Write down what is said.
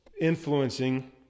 influencing